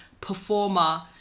performer